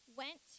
went